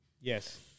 Yes